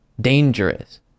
dangerous